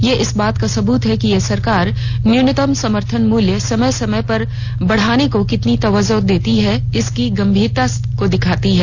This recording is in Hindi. ये इस बात का सबूत है कि ये सरकार न्यूनतम समर्थन मूल्य समय समय पर बढ़ाने को कितनी तवज्जो देती है कितनी गंभीरता से लेती है